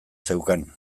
zeukan